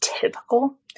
typical